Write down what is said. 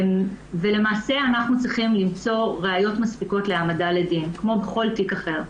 ולמעשה אנחנו צריכים למצוא ראיות מספיקות להעמדה לדין כמו בכל תיק אחר.